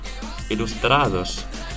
Ilustrados